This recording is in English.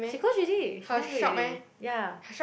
she close already she never bake already yeah